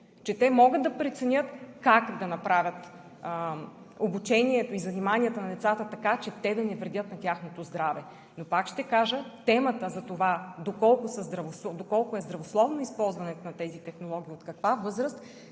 че те могат да преценят как да направят обучението и заниманията на децата така, че те да не вредят на тяхното здраве. Пак ще кажа: темата за това доколко е здравословно използването на тези технологии, от каква възраст,